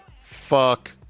Fuck